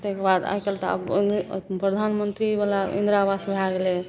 ताहिके बाद आइकाल्हि तऽ आब प्रधानमन्त्रीवला इन्दिरा आवास भै गेलै